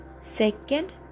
Second